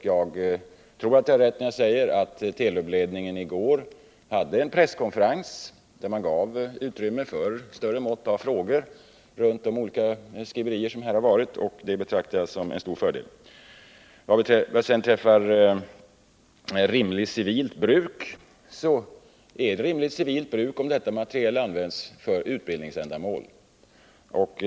Jag tror jag har rätt när jag säger att Telubledningen i går hade en presskonferens, där man gav utrymme för ett större mått av frågor om de olika skriverier som förekommit, och det betraktar jag som en stor fördel. När det sedan gäller frågan om rimligt, civilt bruk, så är det rimligt, civilt bruk om denna materiel används för utbildningsändamål.